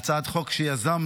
הצעת חוק שיזמנו